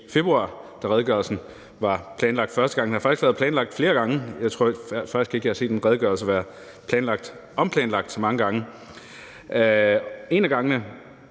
i februar, da redegørelsen var planlagt til at komme til forhandling første gang. Den har faktisk været planlagt flere gange. Jeg tror faktisk ikke, at jeg har set en redegørelse være omplanlagt så mange gange. En af gangene